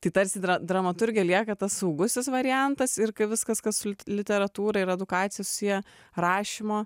tai tarsi dramaturgė lieka tas saugusis variantas ir kai viskas kas literatūra ir edukacija susiję rašymo